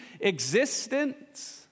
existence